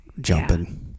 jumping